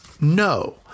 No